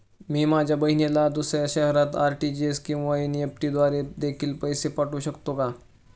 मी माझ्या बहिणीला दुसऱ्या शहरात आर.टी.जी.एस किंवा एन.इ.एफ.टी द्वारे देखील रक्कम पाठवू शकतो का?